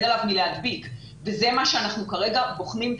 עליו מלהדביק וזה מה שאנחנו כרגע בוחנים,